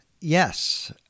Yes